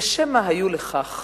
ושמא היו לכך